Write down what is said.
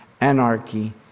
anarchy